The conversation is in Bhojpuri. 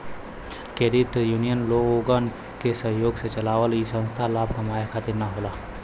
क्रेडिट यूनियन लोगन के सहयोग से चलला इ संस्था लाभ कमाये खातिर न होला